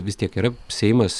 vis tiek yra seimas